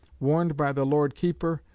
warned by the lord keeper,